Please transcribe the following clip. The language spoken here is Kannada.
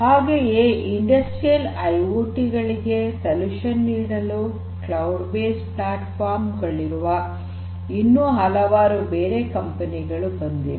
ಹಾಗೆಯೇ ಇಂಡಸ್ಟ್ರಿಯಲ್ ಐಓಟಿ ಗಳಿಗೆ ಪರಿಹಾರ ನೀಡಲು ಕ್ಲೌಡ್ ಬೇಸ್ಡ್ ಪ್ಲಾಟ್ಫಾರ್ಮ್ಸ್ ಗಳಿರುವ ಇನ್ನೂ ಹಲವಾರು ಬೇರೆ ಕಂಪನಿಗಳು ಬಂದಿವೆ